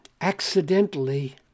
accidentally